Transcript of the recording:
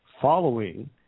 following